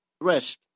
Rest